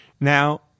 now